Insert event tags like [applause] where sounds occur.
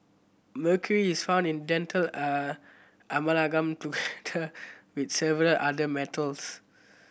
mercury is found in dental [noise] with several other metals